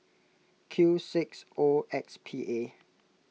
Q six O X P A